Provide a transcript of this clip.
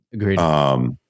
Agreed